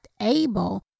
able